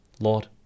Lord